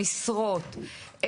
משרות,